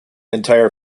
entire